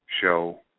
show